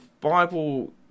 Bible